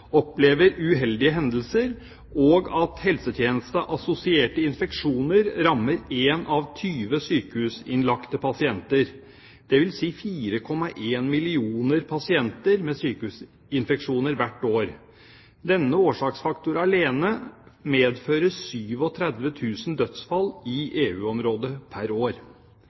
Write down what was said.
opplever uheldige hendelser, og at helsetjenesteassosierte infeksjoner rammer én av 20 sykehusinnlagte pasienter, dvs. 4,1 mill. pasienter med sykehusinfeksjoner hvert år. Denne årsaksfaktor alene medfører 37 000 dødsfall i EU-området pr. år.